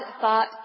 thought